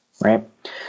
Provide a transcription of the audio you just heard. right